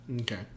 Okay